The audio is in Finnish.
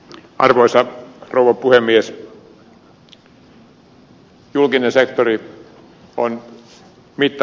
julkinen sektori on mittansa kokoinen